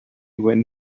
when